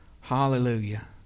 hallelujah